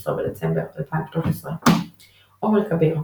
16 בדצמבר 2013 עומר כביר,